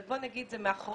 אבל בוא נגיד, זה מאחורינו.